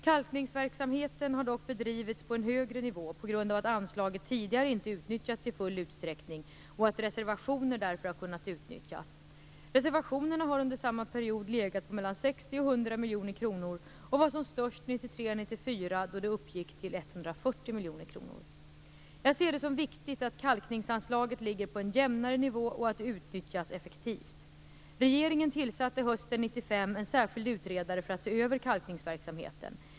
Kalkningsverksamheten har dock bedrivits på en högre nivå på grund av att anslaget tidigare inte utnyttjats i full utsträckning och att reservationer därför har kunnat utnyttjas. Reservationerna har under samma period legat på mellan 60 och 100 miljoner kronor, och de var som störst 1993/94 då de uppgick till 140 miljoner kronor. Jag ser det som viktigt att kalkningsanslaget ligger på en jämnare nivå och att det utnyttjas effektivt. Regeringen tillsatte hösten 1995 en särskild utredare som skulle se över kalkningsverksamheten.